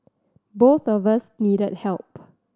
both of us needed help